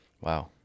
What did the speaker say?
Wow